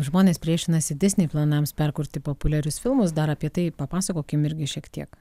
žmonės priešinasi disney planams perkurti populiarius filmus dar apie tai papasakokim irgi šiek tiek